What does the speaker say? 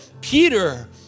Peter